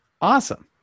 awesome